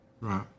Right